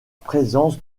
présence